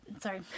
sorry